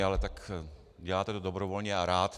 Ale tak děláte to dobrovolně a rád...